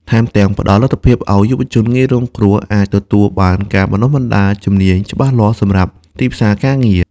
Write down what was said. ថែមទាំងផ្តល់លទ្ធភាពឲ្យយុវជនងាយរងគ្រោះអាចទទួលបានការបណ្តុះបណ្តាលជំនាញច្បាស់លាស់សម្រាប់ទីផ្សារការងារ។